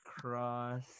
cross